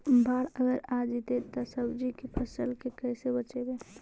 बाढ़ अगर आ जैतै त सब्जी के फ़सल के कैसे बचइबै?